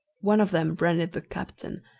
one of them ran at the captain,